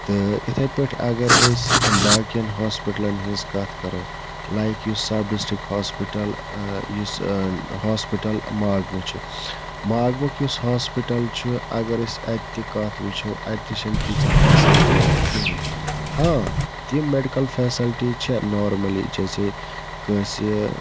تہٕ یِتھَے پٲٹھۍ اَگر أسۍ باقیَن ہاسپِٹلَن ہِنٛز کَتھ کَرو لایِک یُس سَب ڈِسٹرٛک ہاسپِٹَل یُس ہاسپِٹَل ماگمہٕ چھِ ماگمُک یُس ہاسپِٹَل چھِ اگر أسۍ اَتہِ تہِ کَتھ وٕچھو اَتہِ تہِ چھَنہٕ تیٖژاہ فٮ۪سَلٹی کِہیٖنۍ ہاں تِم مٮ۪ڈِکَل فٮ۪سَلٹی چھےٚ نارمٔلی جیسے کٲنٛسہِ